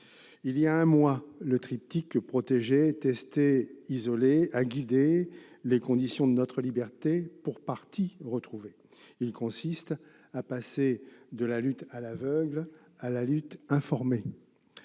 Voilà un mois, le triptyque « protéger, tester, isoler » a guidé les conditions de notre liberté, pour partie retrouvée. Il consiste à passer de la lutte à l'aveugle à la lutte informée.